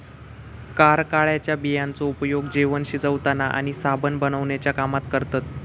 कारळ्याच्या बियांचो उपयोग जेवण शिवताना आणि साबण बनवण्याच्या कामात करतत